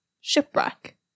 shipwreck